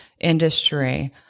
industry